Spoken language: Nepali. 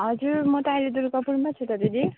हजुर म त अहिले दुर्गापुरमा छु त दिदी